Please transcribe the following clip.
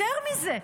יותר מזה,